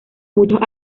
muchos